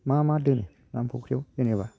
मा मा दोनो न'नि फख्रियाव जेनेबा